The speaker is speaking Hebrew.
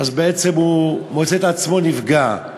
בעצם הוא מוצא את עצמו נפגע.